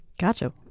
Gotcha